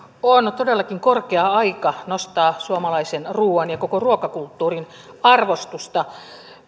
on todellakin korkea aika nostaa suomalaisen ruuan ja koko ruokakulttuurin arvostusta